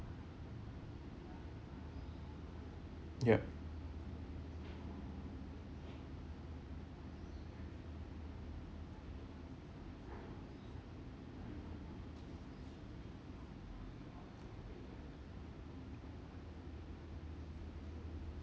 yup